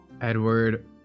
Edward